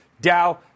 Dow